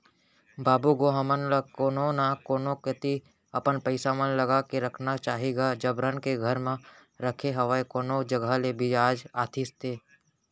बाबू गो हमन ल कोनो न कोनो कोती अपन पइसा मन ल लगा के रखना चाही गा जबरन के घर म रखे हवय कोनो जघा ले बियाज आतिस ते